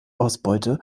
ausbeute